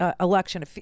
election